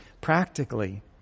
practically